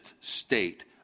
state